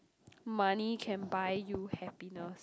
money can buy you happiness